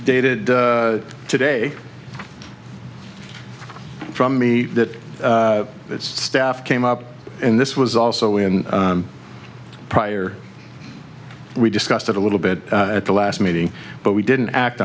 dated today from me that its staff came up and this was also in prior we discussed it a little bit at the last meeting but we didn't act